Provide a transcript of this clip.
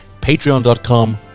Patreon.com